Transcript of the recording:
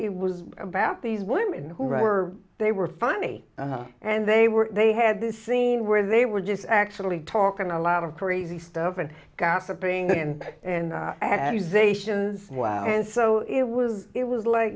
it was about these women who were they were funny and they were they had this scene where they were just actually talking a lot of crazy stuff and gossiping and areas ations and so it was it was like